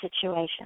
situation